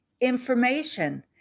information